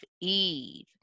Eve